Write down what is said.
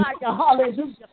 hallelujah